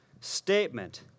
statement